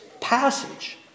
passage